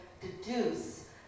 deduce